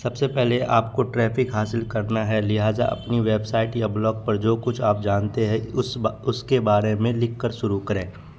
سب سے پہلے آپ کو ٹریفک حاصل کرنا ہے لہذا اپنی ویب سائٹ یا بلاگ پر جو کچھ آپ جانتے ہیں اس کے بارے میں لکھ کر شروع کریں